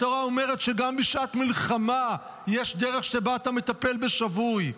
התורה אומרת שגם בשעת מלחמה יש דרך שבה אתה מטפל בשבוי.